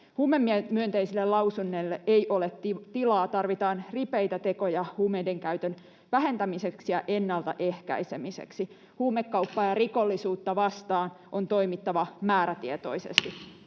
Huumemyönteisille lausunnolle ei ole tilaa, tarvitaan ripeitä tekoja huumeidenkäytön vähentämiseksi ja ennaltaehkäisemiseksi. Huumekauppaa ja rikollisuutta vastaan on toimittava määrätietoisesti